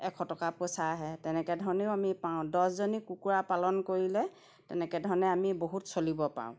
এশ টকা পইচা আহে তেনেকৈ ধৰণেও আমি পাওঁ দহজনী কুকুৰা পালন কৰিলে তেনেকৈ ধৰণে আমি বহুত চলিব পাৰোঁ